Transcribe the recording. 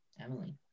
Emily